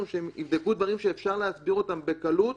שיבדקו דברים שאפשר להסביר אותם בקלות